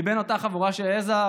מבין אותה חבורה שהעזה,